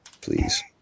Please